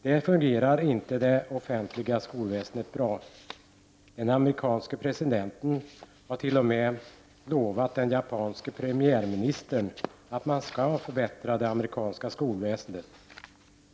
Där fungerar det offentliga skolväsendet inte bra. Den amerikanske presidenten har t.o.m. lovat den japanske premiärministern att man skall förbättra det amerikanska skolväsendet.